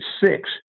six